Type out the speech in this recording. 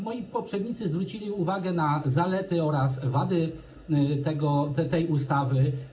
Moi poprzednicy zwrócili uwagę na zalety oraz wady tej ustawy.